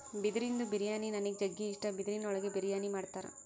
ಬಿದಿರಿಂದು ಬಿರಿಯಾನಿ ನನಿಗ್ ಜಗ್ಗಿ ಇಷ್ಟ, ಬಿದಿರಿನ್ ಒಳಗೆ ಬಿರಿಯಾನಿ ಮಾಡ್ತರ